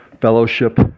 fellowship